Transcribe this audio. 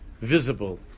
visible